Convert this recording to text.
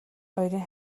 хоёрын